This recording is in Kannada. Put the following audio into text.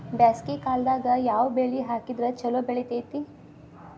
ಬ್ಯಾಸಗಿ ಕಾಲದಾಗ ಯಾವ ಬೆಳಿ ಹಾಕಿದ್ರ ಛಲೋ ಬೆಳಿತೇತಿ?